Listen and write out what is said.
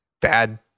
bad